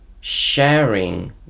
sharing